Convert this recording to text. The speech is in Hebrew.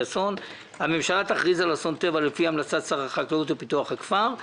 אסון: "הממשלה תכריז על אסון טבע לפי המלצת שר החקלאות ופיתוח הכפר,